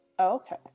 Okay